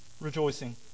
rejoicing